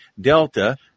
Delta